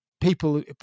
people